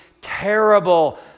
terrible